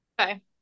Okay